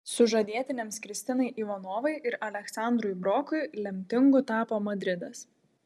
sužadėtiniams kristinai ivanovai ir aleksandrui brokui lemtingu tapo madridas